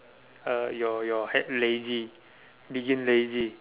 uh your your head lazy being lazy